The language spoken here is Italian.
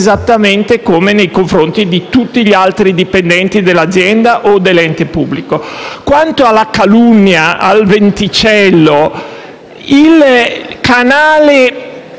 esattamente come nei confronti di tutti gli altri dipendenti dell'azienda o dell'ente pubblico. Quanto al venticello della